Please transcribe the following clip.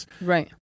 Right